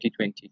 2020